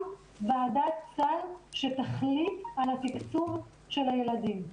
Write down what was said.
ועדת סל שתחליט על התקצוב של הילדים.